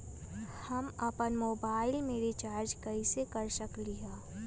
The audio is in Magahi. हम अपन मोबाइल में रिचार्ज कैसे कर सकली ह?